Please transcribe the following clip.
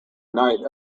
knight